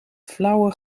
flauwe